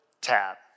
tab